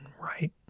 right